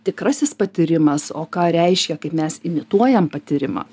tikrasis patyrimas o ką reiškia kaip mes imituojam patyrimą